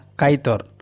kaitor